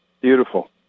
Beautiful